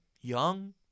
young